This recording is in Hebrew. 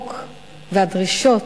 החוק והדרישות,